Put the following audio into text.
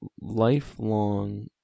lifelong